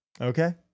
Okay